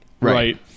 right